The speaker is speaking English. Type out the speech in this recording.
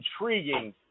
Intriguing